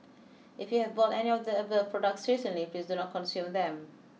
if you have bought any of the above products recently please do not consume them